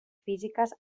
físiques